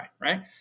Right